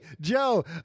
Joe